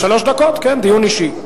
כן, דיון אישי.